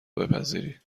بپذیری